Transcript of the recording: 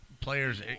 players